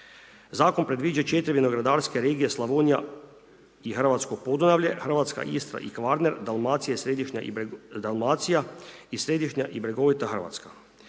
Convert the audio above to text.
Zakon predviđa 4 vinogradarske regije Slavonija i hrvatsko podunavlje, Hrvatska Istra i Kvarner, Dalmacija i središnja i brjegovita Hrvatska.